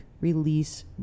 release